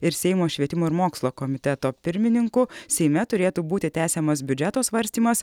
ir seimo švietimo ir mokslo komiteto pirmininku seime turėtų būti tęsiamas biudžeto svarstymas